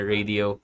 Radio